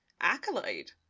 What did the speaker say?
accolade